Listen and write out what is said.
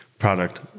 product